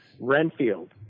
Renfield